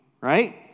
right